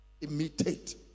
imitate